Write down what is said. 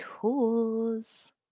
tools